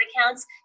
accounts